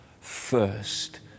first